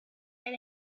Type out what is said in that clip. and